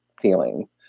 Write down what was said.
feelings